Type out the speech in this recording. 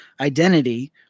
identity